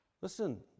Listen